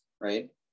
right